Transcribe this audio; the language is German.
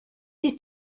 ist